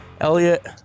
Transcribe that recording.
Elliot